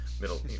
Middle